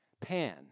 Pan